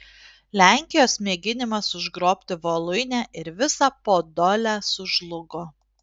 lenkijos mėginimas užgrobti voluinę ir visą podolę sužlugo